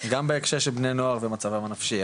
גם בהקשר של בני נוער ומצבם הנפשי,